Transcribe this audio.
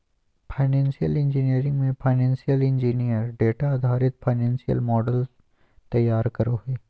financial engineering मे financial engineer data आधारित financial models तैयार करो हय